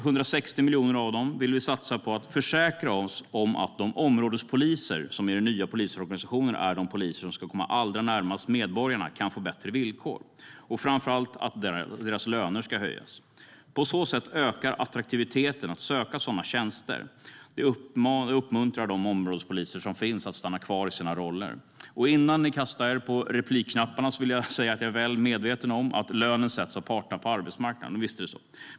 Vi vill satsa 160 miljoner på att försäkra oss om att de områdespoliser som i den nya polisorganisationen är de poliser som ska komma allra närmast medborgarna kan få bättre villkor, och framför allt att deras löner ska höjas. På så sätt ökar attraktiviteten i att söka till sådana tjänster, och det uppmuntrar de områdespoliser som finns att stanna kvar i sina roller. Innan ni kastar er på replikknapparna vill jag säga att jag är väl medveten om att lönen sätts av parterna på arbetsmarknaden. Visst är det så.